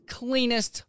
cleanest